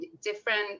different